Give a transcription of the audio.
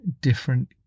different